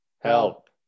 Help